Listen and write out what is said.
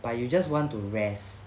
but you just want to rest